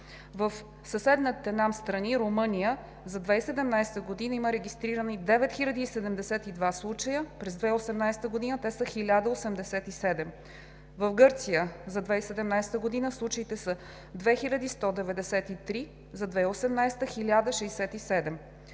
В съседната нам страна – Румъния, за 2017 г. има регистрирани 9072 случая, през 2018 г. те са 2087. В Гърция за 2017 г. случаите са 2193, за 2018 г. – 1067.